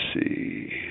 see